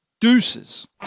Deuces